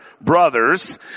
brothers